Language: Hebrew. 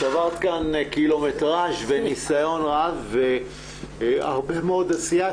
צברת כאן קילומטרז' ונסיון רב והרבה מאוד עשייה,